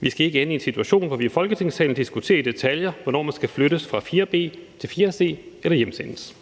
Vi skal ikke ende i en situation, hvor vi i Folketingssalen diskuterer i detaljer, hvornår man skal flyttes fra 4. b til 4. c eller hjemsendes.